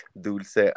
Dulce